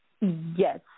Yes